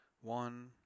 one